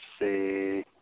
see